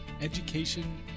education